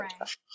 right